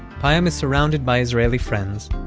payam is surrounded by israeli friends,